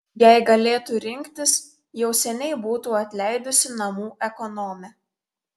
jei galėtų rinktis jau seniai būtų atleidusi namų ekonomę